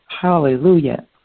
Hallelujah